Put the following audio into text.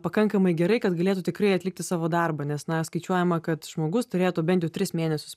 pakankamai gerai kad galėtų tikrai atlikti savo darbą nes na skaičiuojama kad žmogus turėtų bent jau tris mėnesius